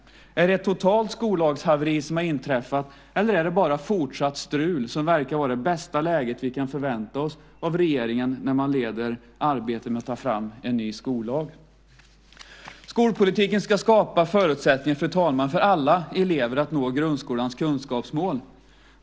Är det ett totalt skollagshaveri som har inträffat, eller är det bara fortsatt strul som verkar vara det bästa läget vi kan förvänta oss av regeringen när den leder arbetet med att ta fram en ny skollag. Skolpolitiken ska skapa förutsättningar, fru talman, för alla elever att nå grundskolans kunskapsmål.